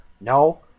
No